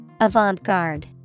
avant-garde